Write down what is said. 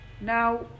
Now